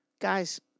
Guys